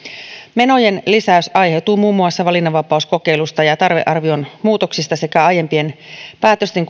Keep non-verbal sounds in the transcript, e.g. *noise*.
menojen lisäys aiheutuu muun muassa valinnanvapauskokeilusta ja tarvearvion muutoksista sekä aiempien päätösten *unintelligible*